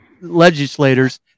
legislators